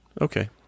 Okay